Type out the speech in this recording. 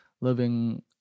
living